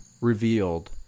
revealed